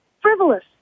Frivolous